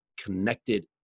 connected